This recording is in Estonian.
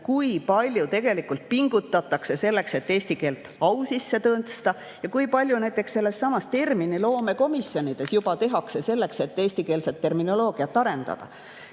kui palju tegelikult pingutatakse selleks, et eesti keelt au sisse tõsta, ja kui palju näiteks terminiloome komisjonides juba tehakse selleks, et eestikeelset terminoloogiat arendada. See